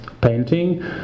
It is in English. painting